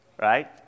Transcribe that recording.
Right